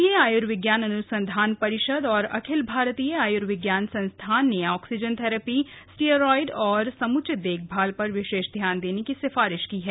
भारतीय आयुर्विज्ञान अनुसंधान परिषद और अखिल भारतीय आयुर्विज्ञान संस्थान ने ऑक्सीजन थेरैपी स्टीरॉयड और समुचित देखभाल पर विशेष ध्यान देने की सिफारिश की है